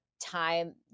time